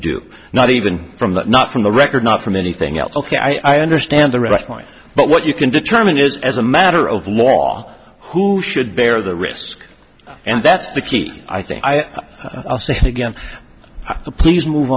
do not even from that not from the record not from anything else ok i understand the rest point but what you can determine is as a matter of law who should bear the risk and that's the key i think i again please move